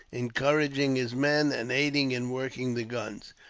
encouraging his men, and aiding in working the guns.